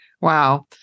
Wow